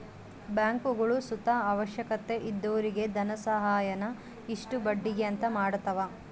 ಬ್ಯಾಂಕ್ಗುಳು ಸುತ ಅವಶ್ಯಕತೆ ಇದ್ದೊರಿಗೆ ಧನಸಹಾಯಾನ ಇಷ್ಟು ಬಡ್ಡಿಗೆ ಅಂತ ಮಾಡತವ